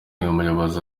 umuyobozi